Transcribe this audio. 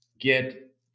get